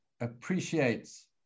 appreciates